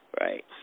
Right